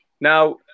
now